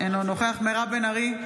אינו נוכח מירב בן ארי,